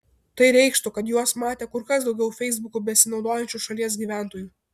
tai reikštų kad juos matė kur kas daugiau feisbuku besinaudojančių šalies gyventojų